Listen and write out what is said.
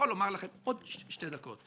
עוד שתי דקות.